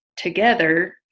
together